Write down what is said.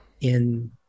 in-